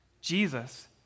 Jesus